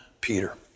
Peter